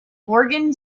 organ